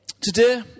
Today